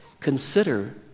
Consider